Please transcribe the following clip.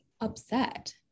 upset